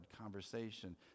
conversation